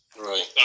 Right